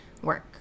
work